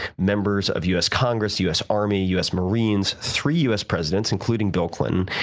members of u s. congress, u s. army, u s. marines, three u s. presidents, including bill clinton,